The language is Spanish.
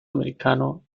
americano